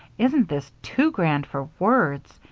isn't this too grand for words!